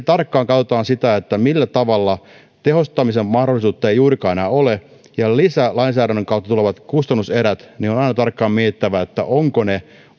tarkkaan katsotaan sitä että tehostamisen mahdollisuutta ei juurikaan enää ole ja lisälainsäädännön kautta tulevat kustannuserät on aina tarkkaan mietittävä että ovatko ne